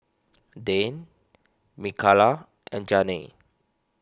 Dan Mikaila and Janae